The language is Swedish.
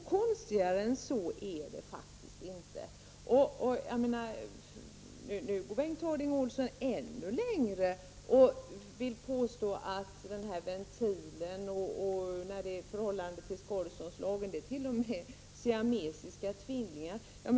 Konstigare än så är det faktiskt inte. Nu går Bengt Harding Olson ännu längre och vill påstå att den ventil han talar om och skadeståndslagen förhåller sig till varandra som siamesiska tvillingar.